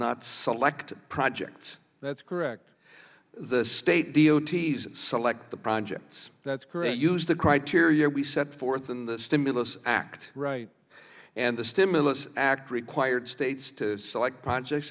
not select projects that's correct the state d o t select the projects that's great use the criteria we set forth in the stimulus act right and the stimulus act required states to select projects